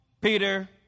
Peter